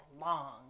long